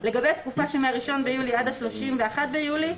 לגבי התקופה שמ-1 ביולי עד ה-31 ביולי,